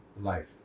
life